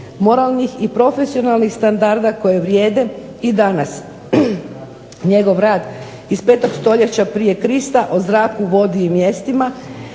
moralnih i profesionalnih standarda koji vrijede i danas. Njegov rad iz 5. stoljeća prije Krista o zraku, vodu i mjestima